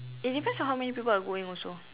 it depends on how many people are going also